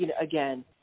Again